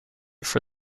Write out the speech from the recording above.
for